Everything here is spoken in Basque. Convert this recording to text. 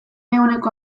ehuneko